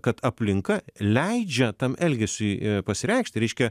kad aplinka leidžia tam elgesiui pasireikšti reiškia